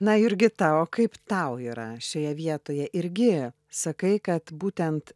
na jurgita o kaip tau yra šioje vietoje irgi sakai kad būtent